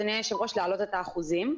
להעלות את האחוזים.